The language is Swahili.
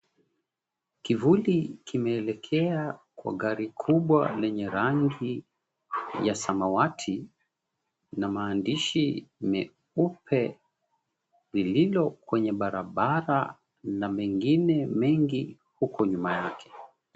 Kivuli kimeelekea kwa gari kubwa lenye rangi ya samawati na maandishi meupe, lililo kwenye barabara, na mengine mengi huko nyuma yake.